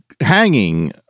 hanging